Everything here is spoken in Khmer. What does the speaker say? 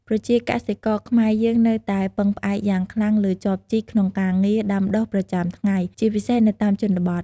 ប្រជាកសិករខ្មែរយើងនៅតែពឹងផ្អែកយ៉ាងខ្លាំងលើចបជីក ក្នុងការងារ ដាំដុះ ប្រចាំថ្ងៃ ជាពិសេសនៅតាមជនបទ។